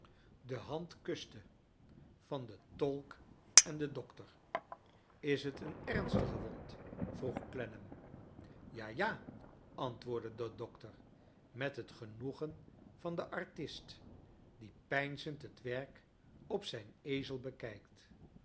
de hand kuste van den to ik en den dokter is het een ernstige wond vroeg clennam ja-a antwoordde de dokter met het genoegen van den artist die peinzend het werk op zijn ezel bekijkt